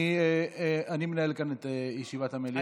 אני מנהל כאן את ישיבת המליאה.